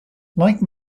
like